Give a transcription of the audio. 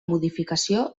modificació